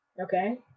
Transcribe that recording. Okay